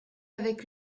avec